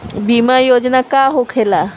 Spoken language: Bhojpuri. बीमा योजना का होखे ला?